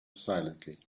silently